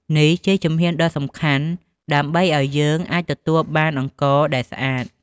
នេះជាជំហានដ៏សំខាន់ដើម្បីឲ្យយើងអាចទទួលបានអង្ករដែលស្អាត។